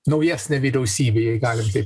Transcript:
naujesnė vyriausybė jei galim taip